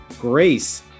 Grace